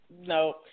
no